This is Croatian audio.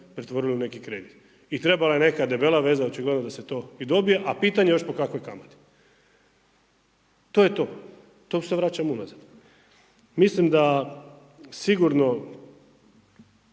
pretvorili u neki kredit. I trebala je neka debela veza očigledno da se to i dobije a pitanje još po kakvoj kamati. To je to. To se vraćam unazad. Mislim da sigurno